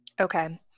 Okay